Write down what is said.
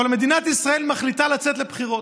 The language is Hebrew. אבל מדינת ישראל מחליטה לצאת לבחירות.